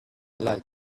like